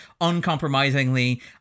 uncompromisingly